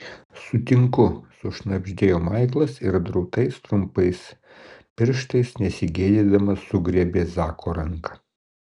sutinku sušnabždėjo maiklas ir drūtais trumpais pirštais nesigėdydamas sugriebė zako ranką